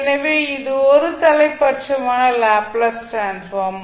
எனவே இது ஒருதலைப்பட்சமான லாப்ளேஸ் டிரான்ஸ்ஃபார்ம்